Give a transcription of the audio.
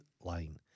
line